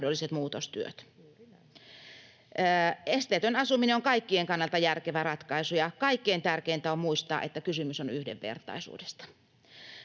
mahdolliset muutostyöt. Esteetön asuminen on kaikkien kannalta järkevä ratkaisu, ja kaikkein tärkeintä on muistaa, että kysymys on yhdenvertaisuudesta.